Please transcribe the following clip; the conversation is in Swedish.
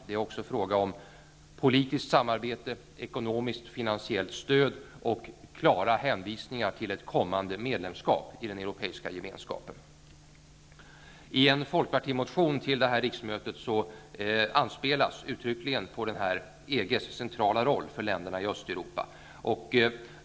Det är också fråga om politiskt samarbete, ekonomiskt och finansiellt stöd och klara hänvisningar till ett kommande medlemskap i den europeiska gemenskapen. I en folkpartimotion till det här riksmötet anspelas uttryckligen på denna EG:s centrala roll för länderna i Östeuropa.